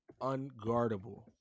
unguardable